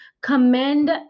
commend